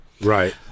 Right